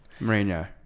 Mourinho